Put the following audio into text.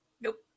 Nope